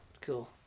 cool